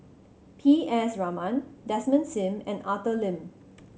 P S Raman Desmond Sim and Arthur Lim